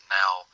now